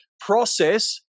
process